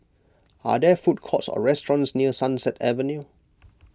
are there food courts or restaurants near Sunset Avenue